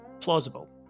plausible